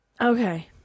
Okay